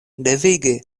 devige